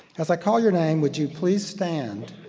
as i call your name, would you please stand.